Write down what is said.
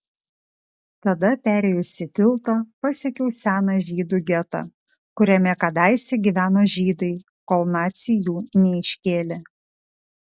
tada perėjusi tiltą pasiekiau seną žydų getą kuriame kadaise gyveno žydai kol naciai jų neiškėlė